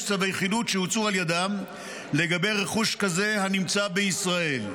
צווי חילוט שהוצאו על ידם לגבי רכוש כזה הנמצא בישראל.